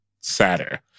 sadder